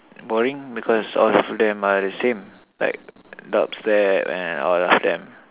boring because all of them are the same like dub step and all of them